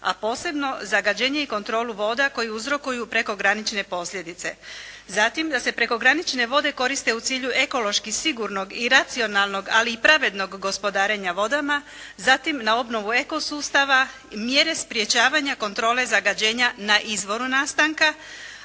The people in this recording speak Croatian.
a posebno zagađenje i kontrolu voda koju uzrokuju prekogranične posljedice. Zatim, da se prekogranične vode koriste u cilju ekološki sigurnog i racionalnog ali i pravednog gospodarenja vodama, zatim na obnovu eko sustava i mjere sprječavanja kontrole zagađenja na izvoru nastanka